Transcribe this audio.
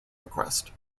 request